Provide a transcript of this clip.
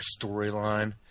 storyline